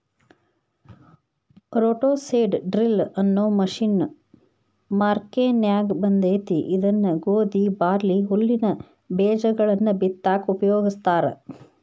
roto seed drill ಅನ್ನೋ machine ಮಾರ್ಕೆನ್ಯಾಗ ಬಂದೇತಿ ಇದನ್ನ ಗೋಧಿ, ಬಾರ್ಲಿ, ಹುಲ್ಲಿನ ಬೇಜಗಳನ್ನ ಬಿತ್ತಾಕ ಉಪಯೋಗಸ್ತಾರ